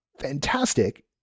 fantastic